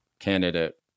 candidate